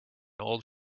old